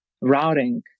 routing